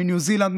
מניו זילנד,